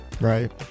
Right